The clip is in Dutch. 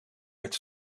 met